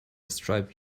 striped